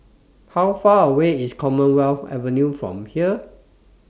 How Far away IS Commonwealth Avenue from here